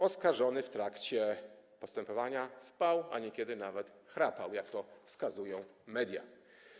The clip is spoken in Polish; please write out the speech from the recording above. Oskarżony w trakcie postępowania spał, a niekiedy nawet chrapał, jak wskazują media.